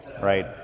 right